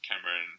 Cameron